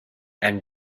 and